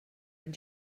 and